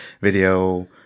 video